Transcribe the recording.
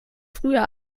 früher